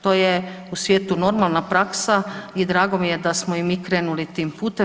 To je u svijetu normalna praksa i drago mi je da smo i mi krenuli tim putem.